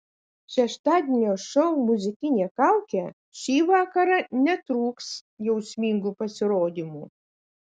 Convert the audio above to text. šeštadienio šou muzikinė kaukė šį vakarą netrūks jausmingų pasirodymų